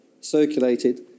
circulated